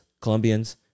Colombians